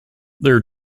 their